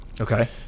Okay